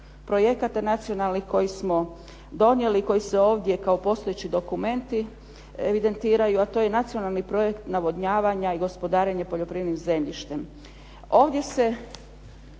projekata nacionalnih koji smo donijeli, koji se ovdje kao postojeći dokumenti evidentiraju, a to je Nacionalni projekt navodnjavanja i gospodarenje poljoprivrednim zemljištem. Ovdje se